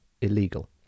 illegal